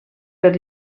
per